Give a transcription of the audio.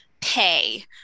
pay